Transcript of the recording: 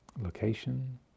location